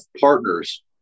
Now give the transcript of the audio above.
partners